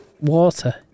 water